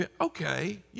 okay